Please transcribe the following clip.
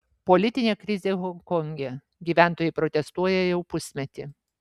politinė krizė honkonge gyventojai protestuoja jau pusmetį